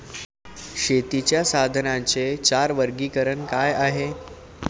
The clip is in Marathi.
शेतीच्या साधनांचे चार वर्गीकरण काय आहे?